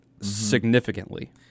significantly